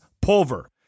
Pulver